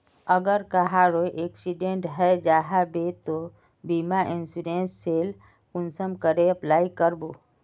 अगर कहारो एक्सीडेंट है जाहा बे तो बीमा इंश्योरेंस सेल कुंसम करे अप्लाई कर बो?